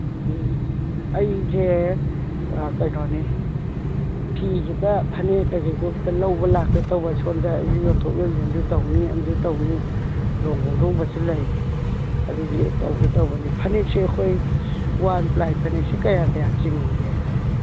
ꯎꯝ ꯑꯩꯁꯦ ꯀꯩꯅꯣꯅꯦ ꯐꯤꯁꯤꯒ ꯐꯅꯦꯛ ꯀꯩꯀꯩꯗꯣ ꯈꯤꯇ ꯂꯧꯕ ꯂꯥꯛꯀꯦ ꯇꯧꯕ ꯁꯣꯟꯗ ꯑꯩꯁꯨ ꯌꯣꯟꯊꯣꯛ ꯌꯣꯟꯁꯤꯟꯁꯨ ꯇꯧꯅꯤ ꯑꯃꯁꯨ ꯇꯧꯅꯤ ꯂꯨꯍꯣꯡ ꯈꯣꯡꯗꯣꯡꯕꯁꯨ ꯂꯩ ꯑꯗꯨꯒꯤ ꯇꯧꯒꯦ ꯇꯧꯕꯅꯤ ꯐꯅꯦꯛꯁꯦ ꯑꯩꯈꯣꯏ ꯋꯥꯟ ꯄ꯭ꯂꯥꯏ ꯐꯅꯦꯛꯁꯤ ꯀꯌꯥ ꯀꯌꯥ ꯆꯤꯡꯏꯒꯦ